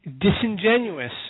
disingenuous